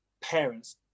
parents